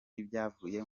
ibyavuye